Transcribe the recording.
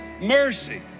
mercy